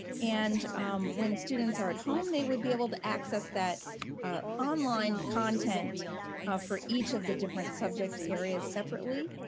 and when students are at home, they would be able to access that online content for each of the different subject areas separately,